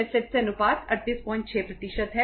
अब यह अनुपात 386 है